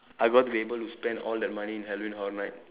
I've got to be able to spend all that money in Halloween horror might